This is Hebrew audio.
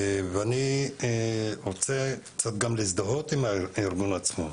אני גם רוצה קצת להזדהות עם הארגון עצמו,